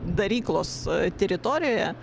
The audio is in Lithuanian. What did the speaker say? daryklos a teritorijoje